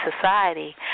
society